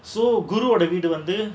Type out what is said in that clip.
so குருவோட வீடு வந்து:guruvoda veedu vandhu